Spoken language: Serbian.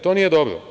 To nije dobro.